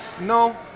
No